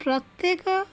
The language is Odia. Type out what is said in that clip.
ପ୍ରତ୍ୟେକ